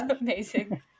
Amazing